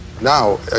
Now